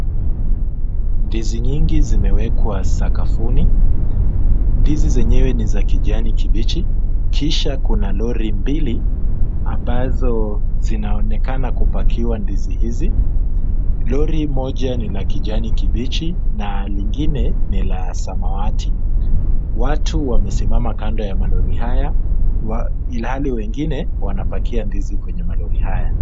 Ndizi nyingi zimewekwa sakafuni, ndizi zenyewe ni za kijani kibichi, kisha kuna lori mbili ambazo zinaonekana kupakiwa ndizi hizi. Lori moja ni la kijani kibichi na lingine ni la samawati. Watu wamesimama kando ya malori haya, ilhali wengine wanapakia ndizi kwenye malori haya.